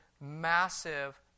massive